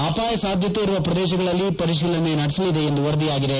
ಅಪಾಯ ಸಾಧ್ಯತೆ ಇರುವ ಪ್ರದೇಶಗಳಲ್ಲಿ ಪರಿಶೀಲನೆ ನಡೆಸಲಿದೆ ಎಂದು ವರದಿಯಾಗಿದೆ